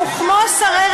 וכמו שרי רווחה אחרים,